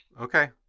Okay